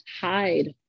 hide